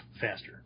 faster